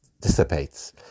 dissipates